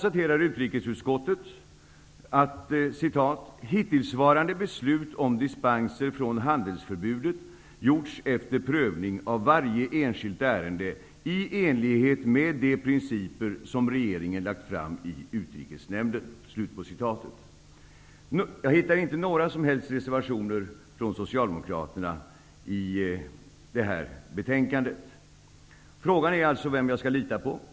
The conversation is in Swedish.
Utrikesutskottet konstaterar att ''hittillsvarande beslut om dispenser från handelsförbudet gjorts efter prövning av varje enskilt ärende, i enlighet med de principer som regeringen lagt fram i Jag hittar inte några som helst reservationer från Socialdemokraterna i det betänkandet. Frågan är alltså vilka jag skall lita på.